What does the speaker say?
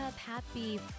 Happy